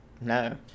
No